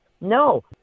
No